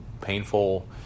painful